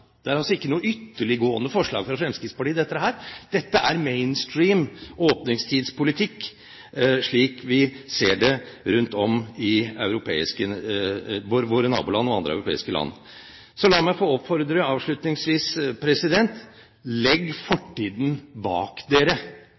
Dette er altså ikke noe ytterliggående forslag fra Fremskrittspartiet. Dette er mainstream åpningstidspolitikk, slik vi ser det i våre naboland og andre europeiske land. Så la meg avslutningsvis, president, få oppfordre: Legg fortiden bak dere,